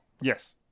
Yes